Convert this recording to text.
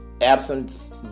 absence